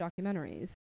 documentaries